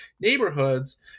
neighborhoods